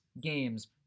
games